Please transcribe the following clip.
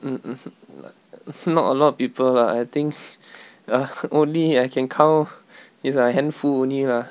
mm mm not a lot of people lah I think ah only I can count is a handful only lah